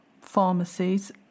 pharmacies